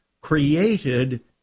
created